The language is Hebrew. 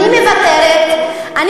אני פה,